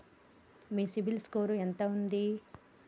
మీ CIBIL score ఎంత ఉంది?